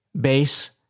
base